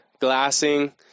glassing